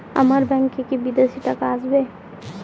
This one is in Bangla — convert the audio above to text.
আমার ব্যংকে কি বিদেশি টাকা আসবে?